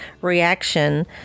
reaction